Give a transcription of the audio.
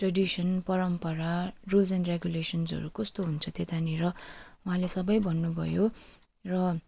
tradition परम्परा rules and रेगुलेसन्सहरू कस्तो हुन्छ त्यतानिर उहाँले सबै भन्नुभयो र